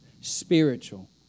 Spiritual